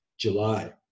July